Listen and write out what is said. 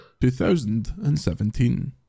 2017